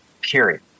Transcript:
period